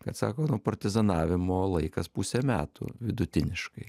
kad sako nu partizanavimo laikas pusė metų vidutiniškai